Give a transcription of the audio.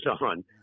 on